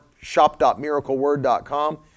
shop.miracleword.com